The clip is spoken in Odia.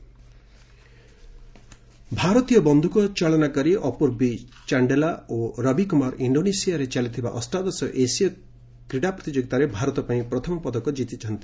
ରିଭ୍ ଏସିଆଡ୍ ଭାରତୀୟ ବନ୍ଧୁକଚାଳନାକାରୀ ଅପ୍ରର୍ବୀ ଚାଣ୍ଡେଲା ଓ ରବିକୁମାର ଇଣ୍ଡୋନେସିଆରେ ଚାଲିଥିବା ଅଷ୍ଟାଦଶ ଏସିୟ କ୍ରୀଡ଼ା ପ୍ରତିଯୋଗିତାରେ ଭାରତ ପାଇଁ ପ୍ରଥମ ପଦକ ଜିତିଛନ୍ତି